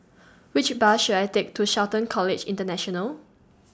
Which Bus should I Take to Shelton College International